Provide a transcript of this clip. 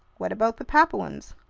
what about the papuans?